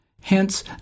Hence